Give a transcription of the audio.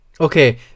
Okay